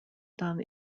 done